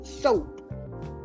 soap